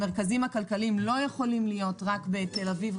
המרכזים הכלכליים לא יכולים להיות רק בתל אביב,